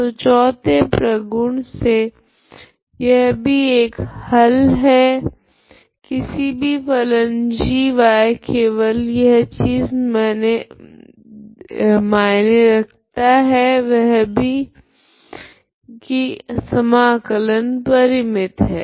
तो चोथे प्रगुण से यह भी एक हल भी है किसी भी फलन g केवल यह चीज मायने रखती है वह है की समाकलन परिमित है